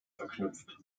verknüpft